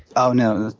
oh, no,